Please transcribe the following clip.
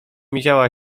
miziała